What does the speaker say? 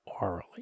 orally